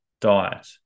diet